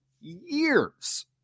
years